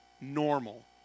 normal